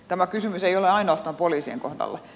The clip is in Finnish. tämä kysymys ei ole ainoastaan polii sien kohdalla